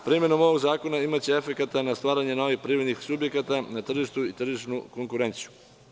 Primenom ovog zakona imaće efekat na stvaranje novih privrednih subjekata na tržištu i tržišnu konkurenciju.